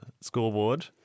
scoreboard